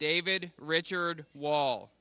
david richard wall